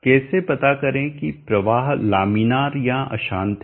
कैसे पता करें कि प्रवाह लामिनार या अशांत है